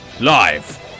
live